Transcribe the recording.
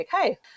okay